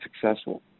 successful